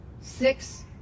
Six